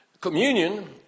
communion